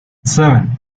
seven